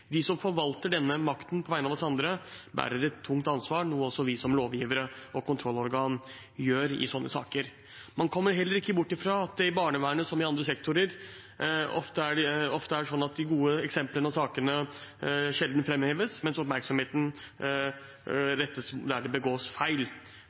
De som forvalter denne makten på vegne av oss andre, bærer et tungt ansvar, noe også vi som lovgivere og kontrollorgan gjør i slike saker. Man kommer heller ikke bort fra at det i barnevernet som i andre sektorer ofte er slik at de gode eksemplene og sakene sjelden framheves, mens oppmerksomheten